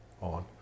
on